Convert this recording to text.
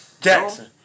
Jackson